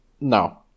no